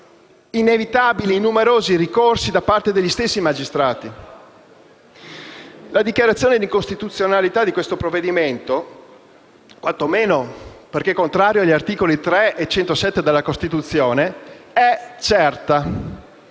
inevitabilmente innumerevoli ricorsi da parte degli stessi magistrati. La dichiarazione di incostituzionalità del provvedimento in esame, quantomeno perché contrario agli articoli 3 e 107 della Costituzione, è certa: